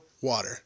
water